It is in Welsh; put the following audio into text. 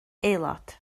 aelod